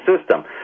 system